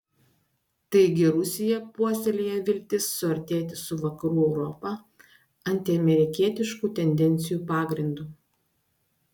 taigi rusija puoselėja viltis suartėti su vakarų europa antiamerikietiškų tendencijų pagrindu